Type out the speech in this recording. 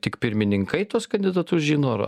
tik pirmininkai tuos kandidatus žino ar